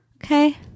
Okay